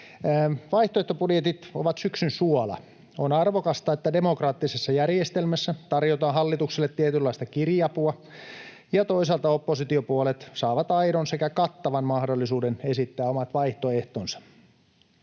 Vaihtoehtobudjetit ovat syksyn suola. On arvokasta, että demokraattisessa järjestelmässä tarjotaan hallitukselle tietynlaista kiriapua ja toisaalta oppositiopuolueet saavat aidon sekä kattavan mahdollisuuden esittää omat vaihtoehtonsa.